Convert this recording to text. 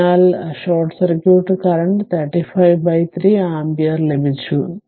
അതിനാൽ short circuit കറന്റിന് 35 by 3 ampere ലഭിച്ചു